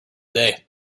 day